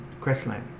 Crestline